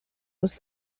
was